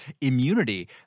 immunity